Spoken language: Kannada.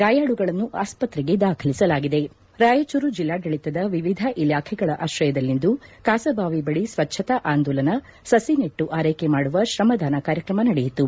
ಗಾಯಾಳುಗಳನ್ನು ಆಸ್ಪತ್ರೆಗೆ ದಾಖಲಿಸಲಾಗಿದೆ ರಾಯಚೂರು ಜಿಲ್ಲಾಡಳಿತದ ವಿವಿಧ ಇಲಾಖೆಗಳ ಆಶ್ರಯದಲ್ಲಿಂದು ಕಾಸಬಾವಿ ಬಳಿ ಸ್ವಚ್ವತಾ ಆಂದೋಲನ ಸಸಿ ನೆಟ್ಟು ಆರೈಕೆ ಮಾಡುವ ತ್ರಮದಾನ ಕಾರ್ಯಕ್ರಮ ನಡೆಯಿತು